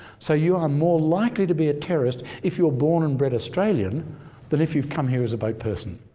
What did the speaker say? so you are more likely to be a terrorist if you're born and bred australian than if you've come here as a boat person.